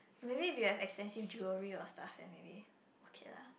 maybe if you have expensive jewellery or stuff then maybe okay lah